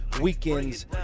weekend's